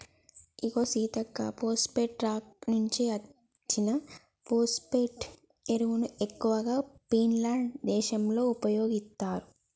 ఇగో Seethakka phosphate rock నుంచి అచ్చిన phosphate ఎరువును ఎక్కువగా ఫిన్లాండ్ దేశంలో ఉపయోగిత్తారు